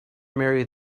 marry